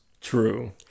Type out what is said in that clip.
True